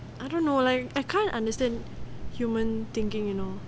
I don't know like I can't understand human thinking you know